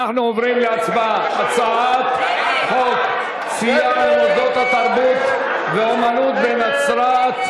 אנחנו עוברים להצבעה על הצעת חוק סיוע למוסדות התרבות והאמנות בנצרת,